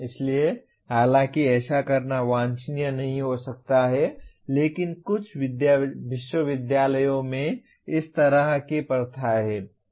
इसलिए हालांकि ऐसा करना वांछनीय नहीं हो सकता है लेकिन कुछ विश्वविद्यालयों में इस तरह की प्रथाएं हैं